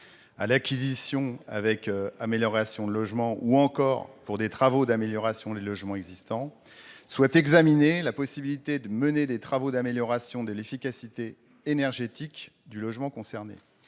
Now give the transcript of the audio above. l'acquisition de logements avec amélioration ou des travaux d'amélioration de logements existants, soit examinée la possibilité de mener des travaux d'amélioration de l'efficacité énergétique des logements concernés.